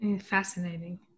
Fascinating